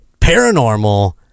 Paranormal